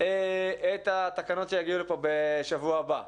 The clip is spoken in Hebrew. את התקנות שיגיעו לפה בשבוע הבא.